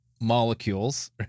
molecules